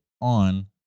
on